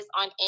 on